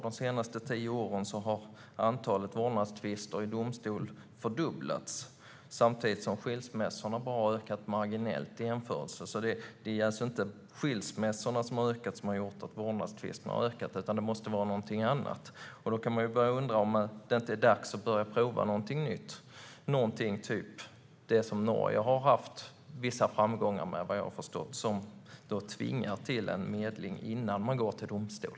De senaste tio åren har antalet vårdnadstvister i domstol fördubblats, samtidigt som skilsmässorna bara har ökat marginellt i jämförelse. Det är alltså inte ett ökat antal skilsmässor som har gjort att vårdnadstvisterna har ökat, utan det måste vara någonting annat. Då kan man ju börja undra om det inte är dags att prova någonting nytt - typ det Norge, vad jag har förstått, haft vissa framgångar med. Där tvingas det till medling innan målet går till domstol.